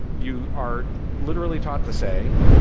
you are literally taught to say,